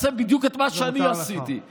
בדיוק את מה שאני עשיתי, מותר לך.